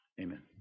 Amen